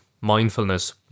Mindfulness